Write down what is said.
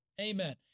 Amen